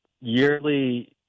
yearly